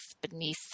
beneath